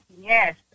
Yes